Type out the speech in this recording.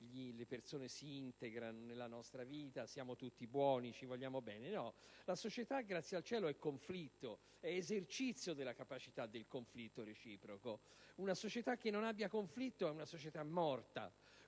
le persone si integrano nella nostra vita, siamo tutti buoni e ci vogliamo bene. La società - grazie al cielo - è conflitto, è esercizio della capacità del conflitto reciproco: una società che non abbia conflitto è una società morta.